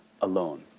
alone